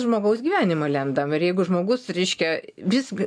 žmogaus gyvenimą lendam ir jeigu žmogus reiškia visgi